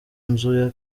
nzu